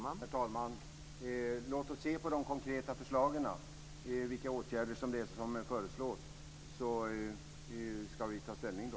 Herr talman! Låt oss se på de konkreta förslagen och vilka åtgärder som föreslås, så ska vi ta ställning då.